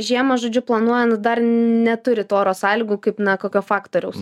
žiemą žodžiu planuojant dar neturit oro sąlygų kaip na kokio faktoriaus